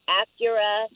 acura